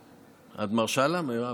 את מרשה לעאידה, מירב?